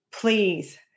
please